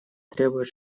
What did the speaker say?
требует